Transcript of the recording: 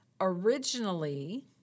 Originally